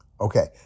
Okay